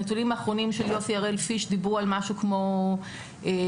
הנתונים האחרונים של יוסי הראל-פיש דיברו על משהו כמו 8%,